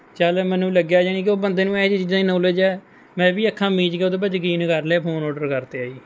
ਚਲ ਮੈਨੂੰ ਲੱਗਿਆ ਜਾਣੀ ਕਿ ਉਹ ਬੰਦੇ ਨੂੰ ਹੈ ਜਿਹੀ ਚੀਜ਼ਾਂ ਨੌਲੇਜ ਹੈ ਮੈਂ ਵੀ ਅੱਖਾਂ ਮੀਚ ਕੇ ਉਹਦੇ ਪਰ ਯਕੀਨ ਕਰ ਲਿਆ ਫੋਨ ਔਡਰ ਕਰਤਿਆ ਜੀ